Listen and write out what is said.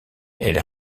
elle